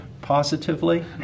positively